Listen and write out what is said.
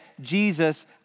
Jesus